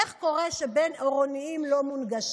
איך קורה שבין-עירוניים לא מונגשים?